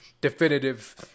definitive